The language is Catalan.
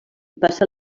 passa